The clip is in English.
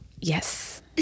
Yes